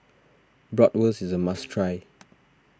Bratwurst is a must try